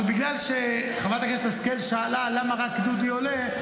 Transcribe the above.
אבל בגלל שחברת הכנסת השכל שאלה למה רק דודי עולה,